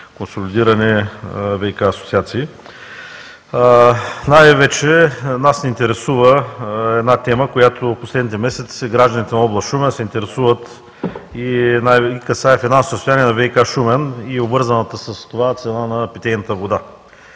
консолидирани ВиК асоциации. Най-вече нас ни интересува една тема, която в последните месеци гражданите на област Шумен се интересуват и касае финансовото състояние на ВиК – Шумен и обвързаната с това цена на питейната вода.